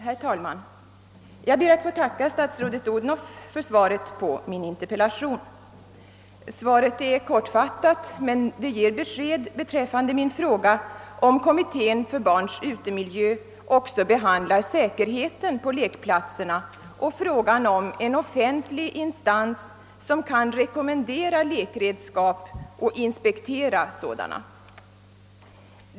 Herr talman! Jag ber att få tacka statsrådet Odhnoff för svaret på min interpellation. Svaret är kortfattat, men det ger besked beträffande min fråga, om kommittén för barns utemiljö också behandlar säkerheten på lekplatserna och frågan om en offentlig instans, som kan rekommendera lekredskap och inspektera sådana.